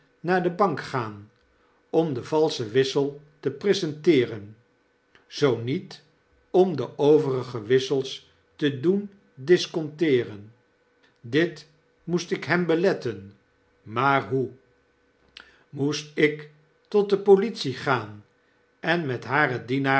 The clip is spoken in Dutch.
naar de bank gaan om den valschen wissel te presenteeren zoo niet om de overige wissels te doen disconteeren dit moest ik hem beletten maar hoe moest ik tot de politie gaan en met hare